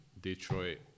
Detroit